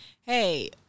hey